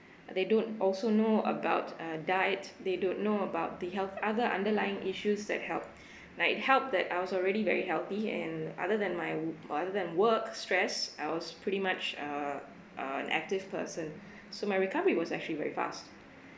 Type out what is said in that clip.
they don't also know about uh diet they don't know about the health other underlying issues that help might help that I was already very healthy and other than my other than work stress I was pretty much err uh an active person so my recovery was actually very fast